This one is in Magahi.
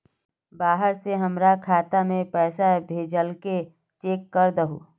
बाहर से हमरा खाता में पैसा भेजलके चेक कर दहु?